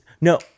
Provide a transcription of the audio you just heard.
No